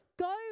go